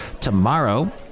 Tomorrow